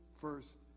first